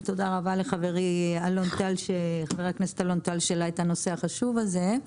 ותודה רבה לחברי חבר הכנסת אלון טל שהעלה את הנושא החשוב הזה.